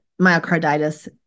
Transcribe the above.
myocarditis